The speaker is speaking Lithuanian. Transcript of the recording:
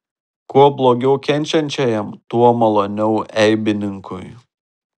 kuo blogiau kenčiančiajam tuo maloniau eibininkui